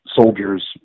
soldiers